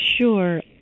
Sure